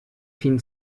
fin